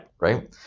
right